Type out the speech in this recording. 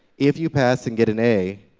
if you pass and get an a,